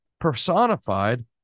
personified